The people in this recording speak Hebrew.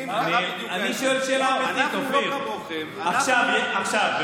אז עכשיו אין קורונה.